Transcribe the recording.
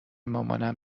مامانم